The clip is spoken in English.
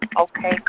Okay